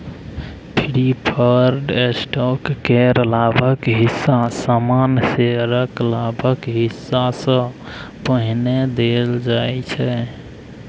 preferred stock केर लाभक हिस्सा सामान्य शेयरक लाभक हिस्सा सँ पहिने देल जाइ छै